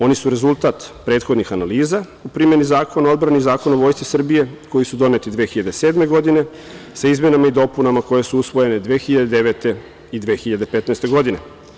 Oni su rezultat prethodnih analiza u primeni Zakona o odbrani i Zakona o Vojsci Srbije, koji su doneti 2007. godine, sa izmenama i dopunama koje su usvojene 2009. i 2015. godine.